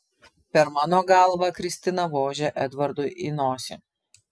per mano galvą kristina vožia edvardui į nosį